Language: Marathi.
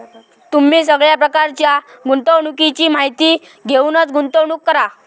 तुम्ही सगळ्या प्रकारच्या गुंतवणुकीची माहिती घेऊनच गुंतवणूक करा